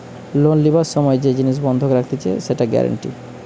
loan লিবার সময় যে জিনিস বন্ধক রাখতিছে সেটা গ্যারান্টি